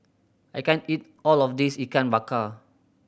I can't eat all of this Ikan Bakar